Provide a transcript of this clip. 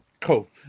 cool